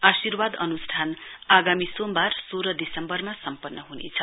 आर्शिवाद अन्स्ठान आगामी सोमवार सोह्र दिसम्वरमा सम्पन्न ह्नेछ